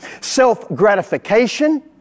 self-gratification